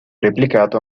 replicato